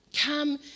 Come